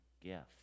gift